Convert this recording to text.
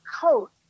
coat